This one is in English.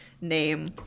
name